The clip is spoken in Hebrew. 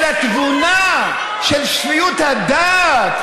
של התבונה, של שפיות הדעת.